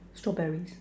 strawberries